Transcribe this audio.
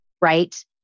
right